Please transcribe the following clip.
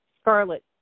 scarlet